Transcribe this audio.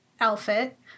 outfit